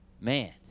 Man